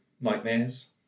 nightmares